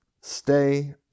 stay